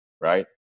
right